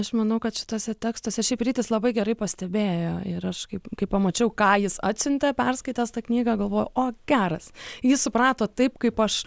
aš manau kad šituose tekstuose šiaip rytis labai gerai pastebėjo ir aš kaip kai pamačiau ką jis atsiuntė perskaitęs tą knygą galvojau o geras jis suprato taip kaip aš